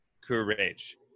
Courage